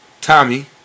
Tommy